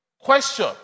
Question